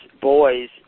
boys